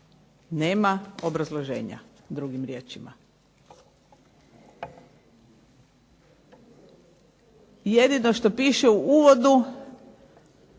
Nema obrazloženja drugim riječima. Jedino što piše u uvodu,